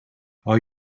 are